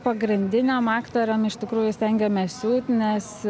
pagrindiniam aktoriam iš tikrųjų stengiamės siūt nes